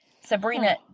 Sabrina